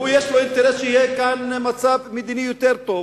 ויהיה לו אינטרס שיהיה כאן מצב מדיני יותר טוב.